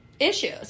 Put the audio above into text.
issues